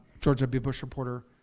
george w. bush reporter,